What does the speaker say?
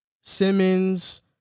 Simmons